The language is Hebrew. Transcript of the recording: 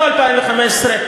לא 2015,